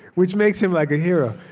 which makes him, like, a hero.